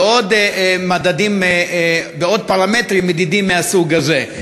ועוד מדדים, ועוד פרמטרים מדידים מהסוג הזה.